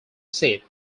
sit